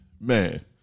man